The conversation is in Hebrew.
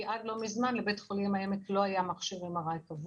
כי עד לא מזמן לבית חולים העמק לא היה מכשיר קבוע.